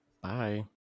Bye